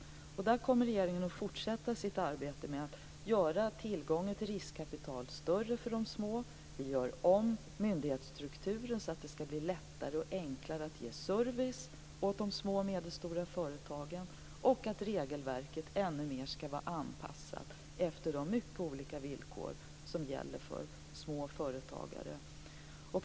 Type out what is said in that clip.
Regeringen kommer att fortsätta sitt arbete med att göra tillgången till riskkapital större för de små företagen. Vi gör om myndighetsstrukturen så att det ska bli lättare och enklare att ge service åt de små och medelstora företagen. Regelverket ska också ännu mer vara anpassat efter de mycket olika villkor som gäller för små företagare.